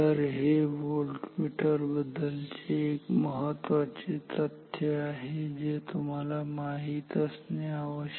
तर हे व्होल्टमीटर बद्दल चे एक महत्त्वाचे तथ्य आहे जे तुम्हाला माहित असायला हवे